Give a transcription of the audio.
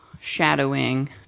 shadowing